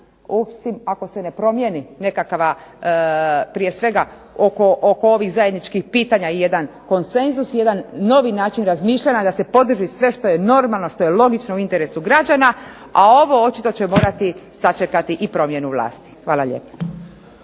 ako se ne promijeni nekakva prije svega oko ovih zajedničkih pitanja i jedan konsenzus i jedan novi način razmišljanja da se podrži sve što je normalno, što je logično u interesu građana. A ovo očito će morati sačekati i promjenu vlasti. Hvala lijepo.